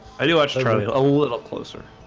i do actually a little closer